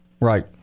Right